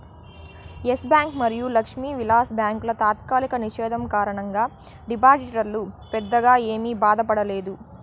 yes Bank మరియు లక్ష్మీ విలాస్ బ్యాంకుల తాత్కాలిక నిషేధం కారణంగా డిపాజిటర్లు పెద్దగా ఏమీ బాధపడలేదు